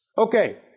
Okay